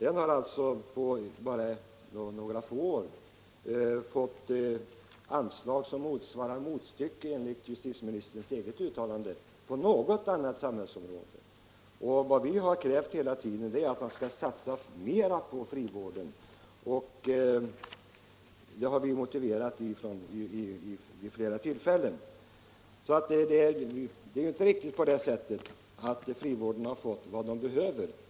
Enligt justitieministerns eget uttalande har man vården där fått anslag som är utan motstycke på något annat samhällsområde. Vad vi hela tiden krävt är att man skall satsa mera på frivården. Detta har vi också motiverat vid flera tillfällen. Frivården har inte fått vad den behöver.